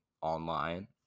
online